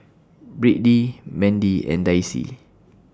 Brittney Mandie and Daisie